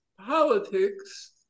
politics